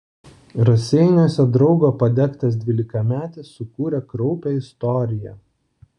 raseiniuose draugo padegtas dvylikametis sukūrė kraupią istoriją